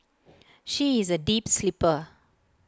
she is A deep sleeper